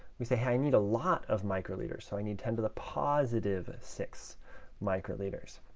we say, hey, i need a lot of microliters, so i need ten to the positive six microliters.